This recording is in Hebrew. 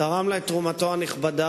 תרם לה את תרומתו הנכבדה,